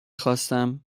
خواستم